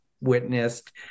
witnessed